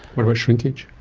what about shrinkage?